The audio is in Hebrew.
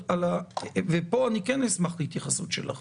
פה אני כן אשמח להתייחסות שלך